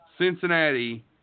Cincinnati